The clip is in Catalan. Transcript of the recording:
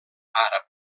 àrab